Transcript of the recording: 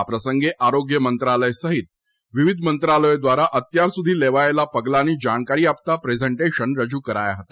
આ પ્રસંગે આરોગ્ય મંત્રાલય સહિત વિવિધ મંત્રાલયો દ્વારા અત્યારસુધી લેવાયેલા પગલાંની જાણકારી આપતાં પ્રેઝન્ટેશન રજૂ કરાયા હતા